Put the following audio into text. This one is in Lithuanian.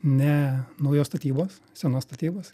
ne naujos statybos senos statybos